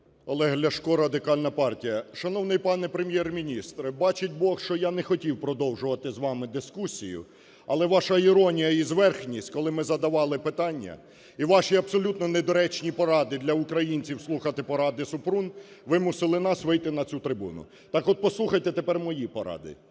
Олег Ляшко, Радикальна партія. Шановний пане Прем’єр-міністр, бачить Бог, що я не хотів продовжувати з вами дискусію, але ваша іронія і зверхність, коли ми задавали питання, і ваші абсолютно недоречні поради для українців слухати поради Супрун вимусили нас вийти на цю трибуну. Так от, послухайте тепер мої поради.